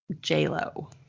J-Lo